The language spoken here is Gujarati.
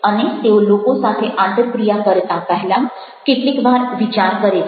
અને તેઓ લોકો સાથે આંતરક્રિયા કરતાં પહેલાં કેટલીક વાર વિચાર કરે છે